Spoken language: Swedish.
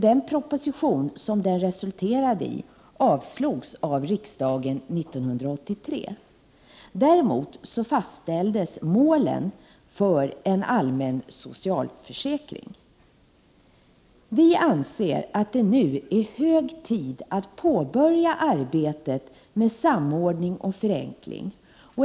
Den proposition som detta föranledde avslogs av riksdagen 1983. Däremot fastställdes målen för en allmän socialförsäkring. Vi anser att det nu är hög tid att påbörja arbetet med samordning och förenkling.